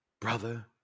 brother